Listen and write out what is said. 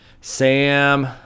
Sam